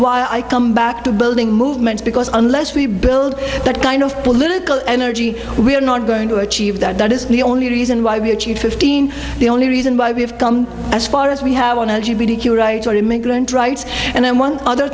why i come back to building movements because unless we build that kind of political energy we are not going to achieve that that is the only reason why we achieved fifteen the only reason why we have come as far as we have learned rights and then one other